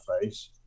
face